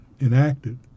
enacted